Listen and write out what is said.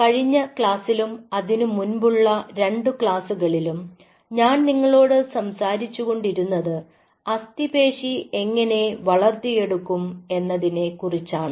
കഴിഞ്ഞ ക്ലാസിലും അതിനു മുൻപുള്ള രണ്ടു ക്ലാസ്സുകളിലും ഞാൻ നിങ്ങളോട് സംസാരിച്ചുകൊണ്ടിരുന്നത് അസ്ഥിപേശി എങ്ങനെ വളർത്തിയെടുക്കും എന്നതിനെക്കുറിച്ചാണ്